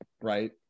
right